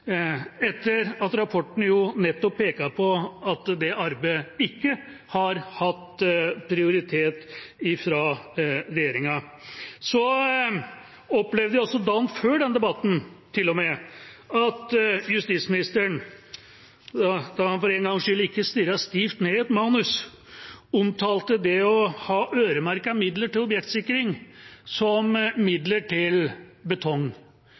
etter at rapporten nettopp peker på at det arbeidet ikke har hatt prioritet fra regjeringas side. Dagen før debatten opplevde vi til og med at justisministeren, da han for en gangs skyld ikke stirret stivt ned i et manus, omtalte det å ha øremerkede midler til objektsikring som midler til betong.